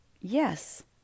yes